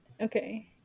Okay